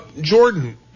Jordan